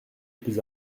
plus